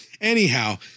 anyhow